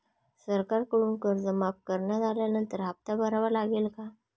सरकारकडून कर्ज माफ करण्यात आल्यानंतर हप्ता भरावा लागेल का?